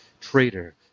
Traitor